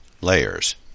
Layers